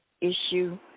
issue